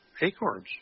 acorns